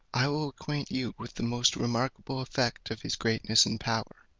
i will acquaint you with the most remarkable effect of his greatness and power.